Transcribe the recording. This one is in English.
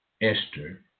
Esther